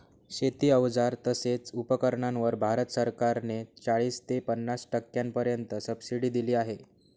शेती अवजार तसेच उपकरणांवर भारत सरकार ने चाळीस ते पन्नास टक्क्यांपर्यंत सबसिडी दिली आहे